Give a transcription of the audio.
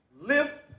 lift